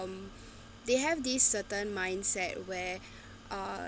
they have this certain mindset where uh